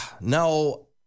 No